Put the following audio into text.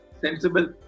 sensible